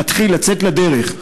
להתחיל לצאת לדרך,